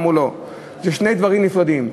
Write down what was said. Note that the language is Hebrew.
אמרו: לא, אלה שני דברים נפרדים.